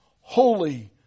holy